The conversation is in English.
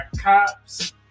cops